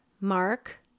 Mark